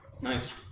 Nice